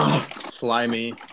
slimy